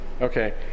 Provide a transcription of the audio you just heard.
Okay